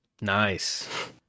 Nice